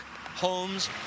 homes